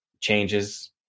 Changes